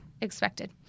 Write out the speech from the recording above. expected